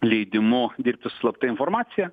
leidimu dirbti su slapta informacija